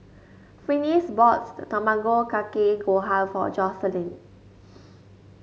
Finis bought Tamago Kake Gohan for Joycelyn